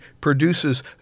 produces